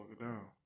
down